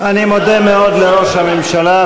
אני מודה מאוד לראש הממשלה,